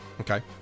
okay